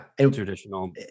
traditional